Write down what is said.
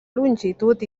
longitud